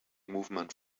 movement